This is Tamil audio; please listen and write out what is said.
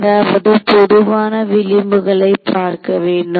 அதாவது பொதுவான விளிம்புகளை பார்க்க வேண்டும்